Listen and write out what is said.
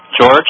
George